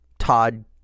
Todd